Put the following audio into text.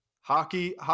Hockey